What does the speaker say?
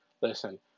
Listen